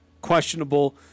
questionable